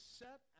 set